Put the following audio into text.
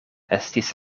estis